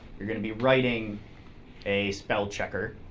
you're going to be writing a spell checker,